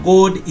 God